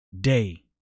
day